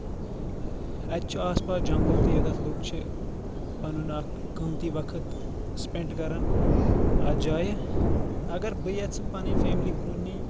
اَتہِ چھُ آس پاس جنٛگُل تہِ یوتَتھ لُکھ چھِ پنُن اکھ قٲمتی وقت سپینڈ کران اَتھ جایہِ اگر بہٕ یَژھٕ پنٕنۍ فیملی کُن نِنۍ